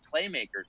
playmakers